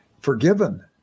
forgiven